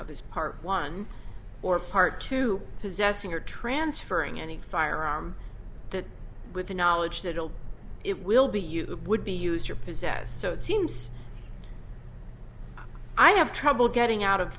of is part one or part two possessing or transferring any firearm that with the knowledge that it will be you would be used for possessed so it seems i have trouble getting out of